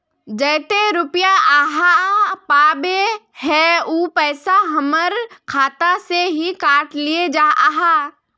जयते रुपया आहाँ पाबे है उ पैसा हमर खाता से हि काट लिये आहाँ?